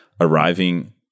arriving